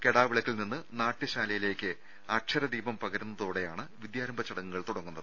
കെടാ വിളക്കിൽ നിന്ന് നാടൃശാലയിലേക്ക് അക്ഷരദീപം പകരുന്നതോടെയാണ് വിദ്യാരംഭ ചടങ്ങുകൾ തുടങ്ങുന്നത്